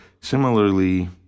similarly